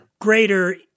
greater